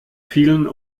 vielen